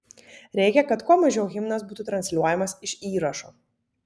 reikia kad kuo mažiau himnas būtų transliuojamas iš įrašo